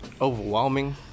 overwhelming